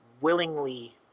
willingly